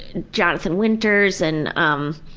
jonathan winters and um,